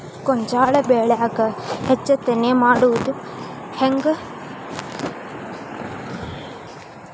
ಗೋಂಜಾಳ ಬೆಳ್ಯಾಗ ಹೆಚ್ಚತೆನೆ ಮಾಡುದ ಹೆಂಗ್?